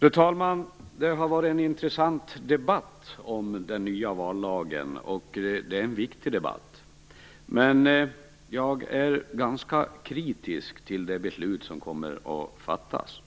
Fru talman! Det har varit en intressant debatt om den nya vallagen. Det är en viktig debatt. Men jag är ganska kritisk mot det beslut som kommer att fattas.